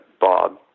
Bob